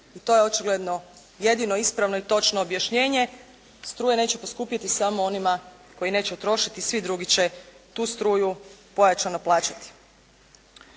I to je očigledno jedino ispravno i točno objašnjenje. Struja neće poskupjeti samo onima koji neće trošiti. Svi drugi će tu struju pojačano plaćati.